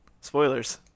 Spoilers